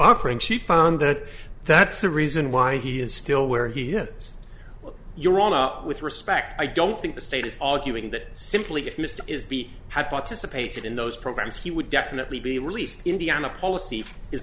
offering she found that that's the reason why he is still where he is you're on up with respect i don't think the state is arguing that simply if mr is be had participated in those programs he would definitely be released indiana policy is